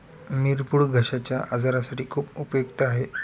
मिरपूड घश्याच्या आजारासाठी खूप उपयुक्त आहे